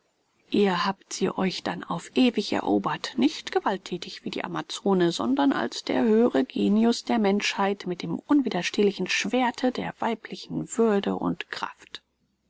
ihr habt sie euch dann auf ewig erobert nicht gewaltthätig wie die amazone sondern als der höhere genius der menschheit mit dem unwiderstehlichen schwerte der weiblichen würde und kraft